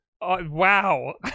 Wow